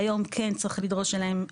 שהיום כן צריך לדרוש אליהן אישור.